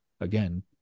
again